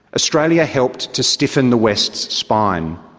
australia helped to stiffen the west's spine.